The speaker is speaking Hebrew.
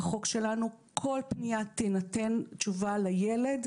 בחוק שלנו לכל פנייה תינתן תשובה לילד.